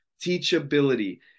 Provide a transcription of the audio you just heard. Teachability